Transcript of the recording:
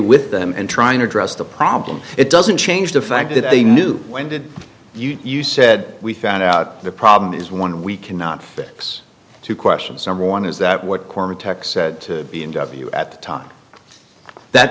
with them and trying to address the problem it doesn't change the fact that they knew when did you you said we found out the problem is one we cannot fix two questions number one is that what korma tech said b m w at the top that